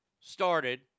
started